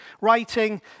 writing